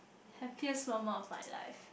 happiest moment of my life